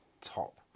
top